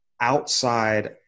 outside